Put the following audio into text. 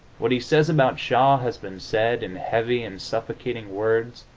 what he says about shaw has been said, in heavy and suffocating words,